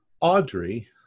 Audrey